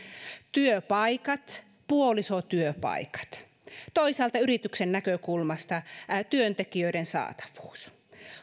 työpaikat puolisotyöpaikat toisaalta yrityksen näkökulmasta työntekijöiden saatavuus